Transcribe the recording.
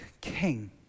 king